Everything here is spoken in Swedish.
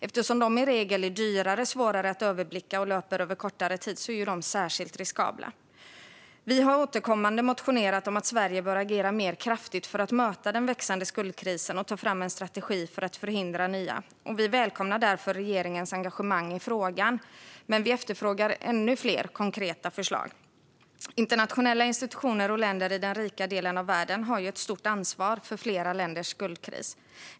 Eftersom dessa lån i regel är dyrare, svårare att överblicka och löper över kortare tid är de särskilt riskabla. Vänsterpartiet har återkommande motionerat om att Sverige bör agera mer kraftfullt för att möta den växande skuldkrisen och ta fram en strategi för att förhindra nya skuldkriser. Vi välkomnar därför regeringens engagemang i frågan, men vi efterfrågar ännu fler konkreta förslag. Internationella institutioner och länder i den rika delen av världen har ett stort ansvar för flera länders skuldkris.